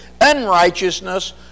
unrighteousness